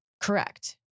Correct